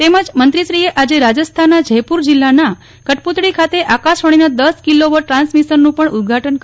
તેમજ મંત્રીશ્રીએ આજે રાજસ્થાનના જયપુર જીલ્લાના કટપુતળી ખાતે આકાશવાણીના દસ કિલોવોટ ટ્રાન્સમિશનનું પણ ઉદ્વાટન કર્યું હતું